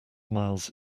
miles